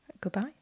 Goodbye